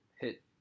hit